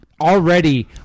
Already